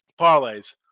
Parlays